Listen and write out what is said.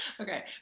Okay